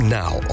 now